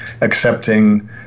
accepting